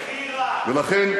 לכן,